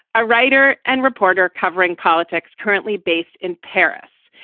a writer and reporter covering politics currently based in paris.